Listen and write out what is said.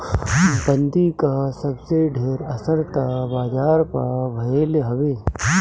बंदी कअ सबसे ढेर असर तअ बाजार पअ भईल हवे